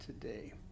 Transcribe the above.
today